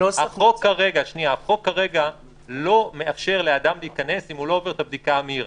החוק כרגע לא מאפשר לאדם להיכנס אם הוא לא עובר את הבדיקה המהירה.